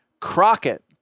crockett